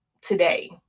today